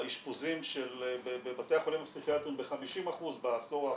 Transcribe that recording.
האשפוזים בבתי החולים הפסיכיאטריים ב-50% בעשור האחרון,